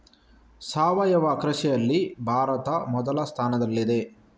ಸಾವಯವ ಕೃಷಿಯಲ್ಲಿ ಭಾರತ ಮೊದಲ ಸ್ಥಾನದಲ್ಲಿದೆ